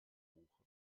buche